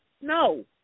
No